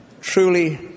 truly